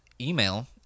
email